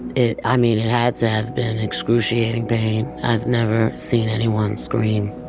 it i mean, it had to have been excruciating pain. i've never seen anyone scream